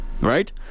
right